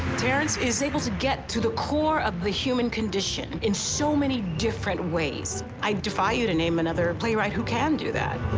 terrence is able to get to the core of the human condition in so many different ways i defy you to name another playwright who can do that?